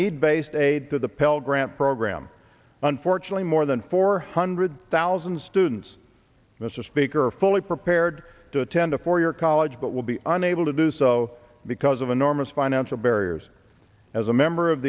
need based aid to the pell grant program unfortunately more than four hundred thousand students mr speaker are fully prepared to attend a four year college but will be unable to do so because of enormous financial barriers as a member of